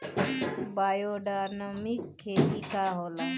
Biodynamic खेती का होला?